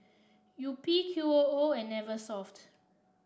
Yupi Qoo and Eversoft